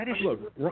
look